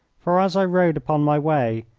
for as i rode upon my way,